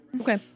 Okay